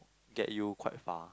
get you quite far